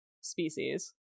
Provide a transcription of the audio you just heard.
species